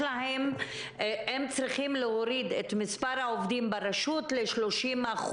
הם צריכים להוריד את מספר העובדים ברשות ל-30%.